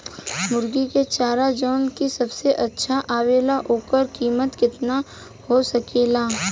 मुर्गी के चारा जवन की सबसे अच्छा आवेला ओकर कीमत केतना हो सकेला?